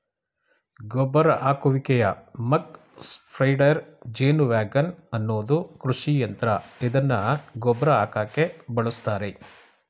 ಗೊಬ್ಬರ ಹರಡುವಿಕೆಯ muck spreader ಜೇನುವ್ಯಾಗನ್ ಅನ್ನೋದು ಕೃಷಿಯಂತ್ರ ಇದ್ನ ಗೊಬ್ರ ಹಾಕಕೆ ಬಳುಸ್ತರೆ